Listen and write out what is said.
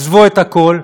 עזבו את הכול,